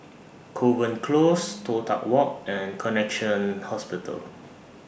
Kovan Close Toh Tuck Walk and Connexion Hospital